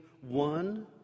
one